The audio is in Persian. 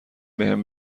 بهم